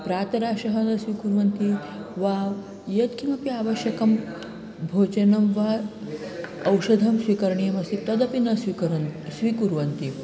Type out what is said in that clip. प्रातराशः न स्वीकुर्वन्ति वा यत्किमपि आवश्यकं भोजनं वा औषधं स्वीकरणीयमस्ति तदपि न स्वीकरोति स्वीकुर्वन्ति